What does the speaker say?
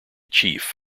chief